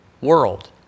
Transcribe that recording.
world